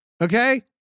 Okay